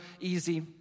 easy